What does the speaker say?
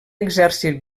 exèrcit